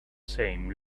same